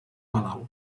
palau